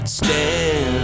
stand